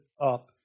up